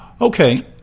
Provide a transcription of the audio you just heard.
Okay